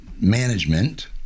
management